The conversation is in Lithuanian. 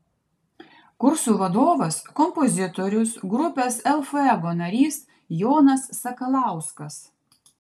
kursų vadovas kompozitorius grupės el fuego narys jonas sakalauskas